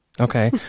Okay